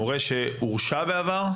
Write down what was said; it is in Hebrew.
מורה שהורשע בעבר?